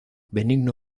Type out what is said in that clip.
benigno